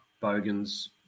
Bogans